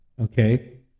okay